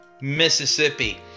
Mississippi